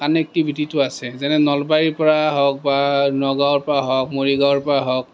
কানেক্টিভিটিটো আছে যেনে নলবাৰীৰ পৰা হওক বা নগাঁৱৰ পৰা হওক মৰিগাওঁৰ পৰা হওক